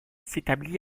s’établit